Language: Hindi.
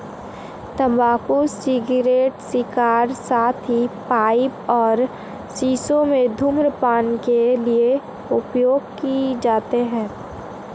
तंबाकू सिगरेट, सिगार, साथ ही पाइप और शीशों में धूम्रपान के लिए उपयोग किए जाते हैं